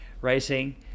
racing